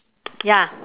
ya